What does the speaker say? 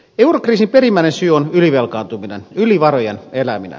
eurokriisin perimmäinen syy on ylivelkaantuminen yli varojen eläminen